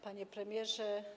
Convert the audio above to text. Panie Premierze!